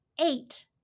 eight